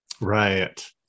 Right